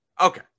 Okay